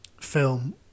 film